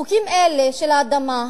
חוקים אלה של האדמה,